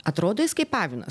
atrodo jis kaip avinas